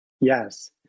Yes